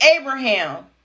abraham